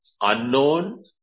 unknown